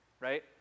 right